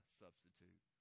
substitute